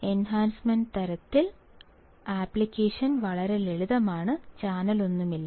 enhancement തരത്തിൽ application വളരെ ലളിതമാണ് ചാനലൊന്നുമില്ല